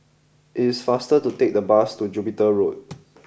it is faster to take the bus to Jupiter Road